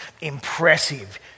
impressive